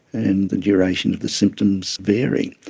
and the duration of the symptoms vary.